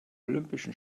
olympischen